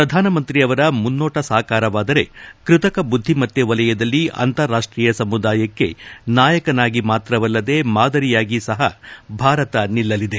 ಪ್ರಧಾನಮಂತ್ರಿ ಅವರ ಮುನ್ನೋಟ ಸಾಕಾರವಾದರೆ ಕೃತಕ ಬುದ್ದಿಮತ್ತೆ ವಲಯದಲ್ಲಿ ಅಂತಾರಾಷ್ಷೀಯ ಸಮುದಾಯಕ್ಕೆ ನಾಯಕನಾಗಿ ಮಾತ್ರವಲ್ಲದೆ ಮಾದರಿಯಾಗೂ ಭಾರತ ನಿಲ್ಲಲಿದೆ